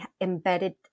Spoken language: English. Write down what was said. embedded